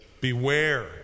Beware